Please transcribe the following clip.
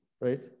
right